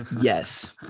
yes